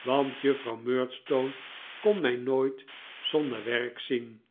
want juffrouw murdstone kon mij nooit zonder werk zien